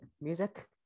music